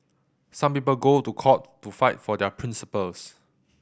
some people go to court to fight for their principles